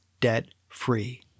debt-free